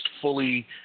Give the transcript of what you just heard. fully